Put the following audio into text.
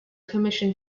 commission